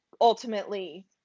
ultimately